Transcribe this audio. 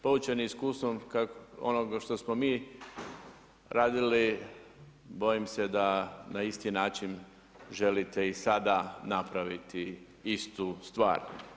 Poučen iskustvom onoga što smo mi radili, bojim se da na isti način želite i sada napraviti istu stvar.